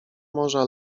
morza